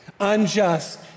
unjust